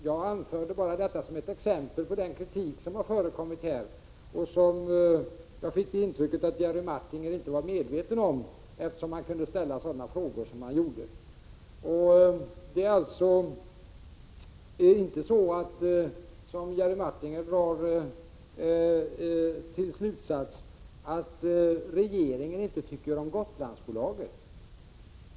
Jag anförde bara detta om konkurrensen som ett exempel på den kritik som har förekommit här. Jag fick intrycket att Jerry Martinger inte var medveten om detta eftersom han kunde ställa sådana frågor som han riktade till mig. Det är alltså inte en riktig slutsats som Jerry Martinger drar — att regeringen inte tycker om Gotlandsbolaget.